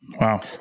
Wow